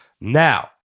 Now